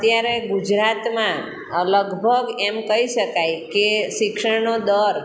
અત્યારે ગુજરાતમાં લગભગ એમ કહી શકાય કે શિક્ષણનો દર